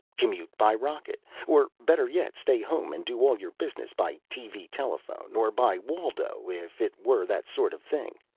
commute by rocket or better yet stay home and do all your business by tv-telephone, or by waldo if it were that sort of thing.